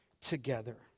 together